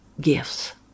gifts